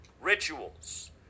Rituals